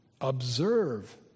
Observe